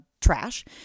trash